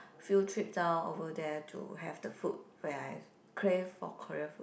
field trip down over there to have the food when I crave for Korean food